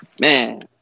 Man